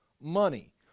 money